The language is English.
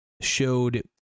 showed